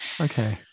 Okay